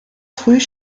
früh